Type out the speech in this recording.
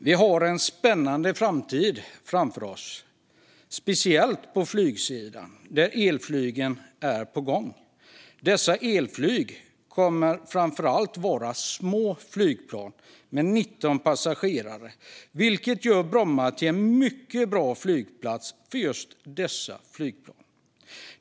Vi har en spännande framtid framför oss. Det gäller speciellt på flygsidan, där elflygen är på gång. Dessa elflyg kommer framför allt att vara små flygplan med 19 passagerare, vilket gör Bromma till en mycket bra flygplats för just dessa flygplan.